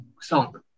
song